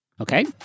Okay